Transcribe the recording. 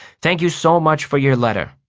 thank you so much for your letter.